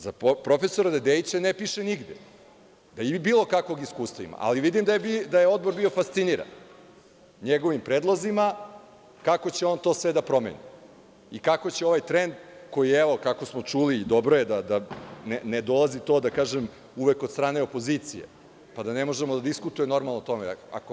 Za profesora Dedeića ne piše nigde da bilo kakvog iskustva ima, ali vidim da je Odbor bio fasciniran njegovim predlozima kako će on to sve da promeni i kako će ovaj trend koji evo, kako smo čuli, dobro je da ne dolazi to uvek, da kažem, od strane opozicije, pa da ne možemo da diskutujemo normalno o tome.